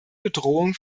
bedrohungen